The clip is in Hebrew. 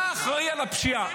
אתה אחראי לפשיעה.